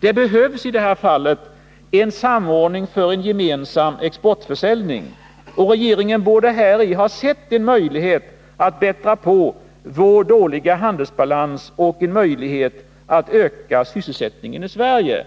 Det behövs i det här fallet en samordning för gemensam exportförsäljning. Regeringen borde häri ha sett en möjlighet att bättra på vår dåliga handelsbalans och en möjlighet att öka sysselsättningen i Sverige.